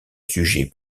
sujet